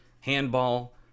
handball